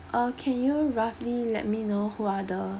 uh can you roughly let me know who are the